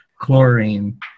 chlorine